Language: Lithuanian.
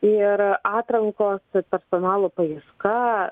ir atrankos ir personalo paieška